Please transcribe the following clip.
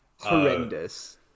horrendous